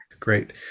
Great